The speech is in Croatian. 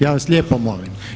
Ja vas lijepo molim.